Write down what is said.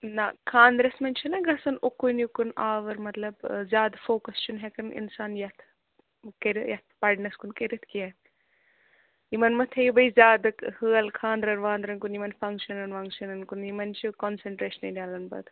نہَ خانٛدٕدَس منٛز چھُناہ گژھان اوٚکُن یوٚکُن آوُر مطلب زیادٕ فوکَس چھُنہٕ ہیٚکَان اِنسان یتھ کٔرِتھ یتھ پَرٕنَس کُن کٔرِتھ کیٚنٛہہ یِمَن مٔہ تھٲوِو بیٚیہِ زیادٕ ہٲل خانٛدٕرَن وانٛدٕرَن کُن یِمَن فنٛگشیٚنَن ونٛگشیٚنَن کُن یِمَن چھُ کانسنٛٹرٛیشنٕے ڈلان پَتہٕ